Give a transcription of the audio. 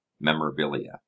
memorabilia